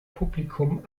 publikum